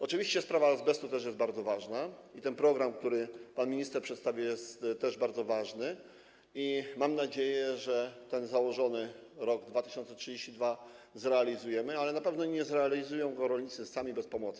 Oczywiście sprawa azbestu też jest bardzo ważna i ten program, który pan minister przedstawił, jest też bardzo ważny i mam nadzieję, że ten założony cel - rok 2032 zrealizujemy, ale na pewno nie zrealizują go rolnicy sami, bez pomocy.